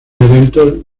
eventos